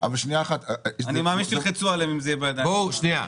אני מאמין שתלחצו עליהם אם זה יהיה בידיים שלכם.